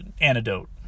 antidote